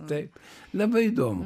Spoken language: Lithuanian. taip labai įdomu